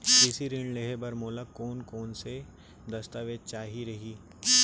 कृषि ऋण लेहे बर मोला कोन कोन स दस्तावेज चाही रही?